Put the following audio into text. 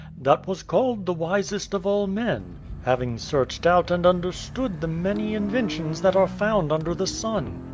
that was called the wisest of all men, having searched out and understood the many inventions that are found under the sun?